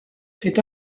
s’est